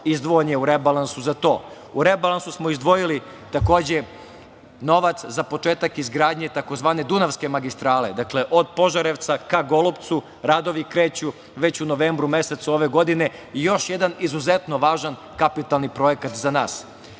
izdvojen je u rebalansu za to.U rebalansu smo izdvojili, takođe, novac za početak izgradnje tzv. Dunavske magistrale, dakle od Požarevca ka Golubcu, radovi kreću već u novembru mesecu ove godine. I još jedan izuzetno važan kapitalni projekat za